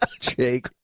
jake